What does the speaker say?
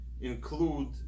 include